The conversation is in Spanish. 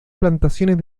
plantaciones